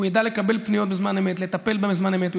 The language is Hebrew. הוא ידע לקבל פניות בזמן אמת ולטפל בהן בזמן אמת.